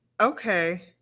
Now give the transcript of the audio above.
Okay